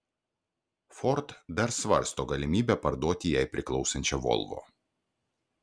ford dar svarsto galimybę parduoti jai priklausančią volvo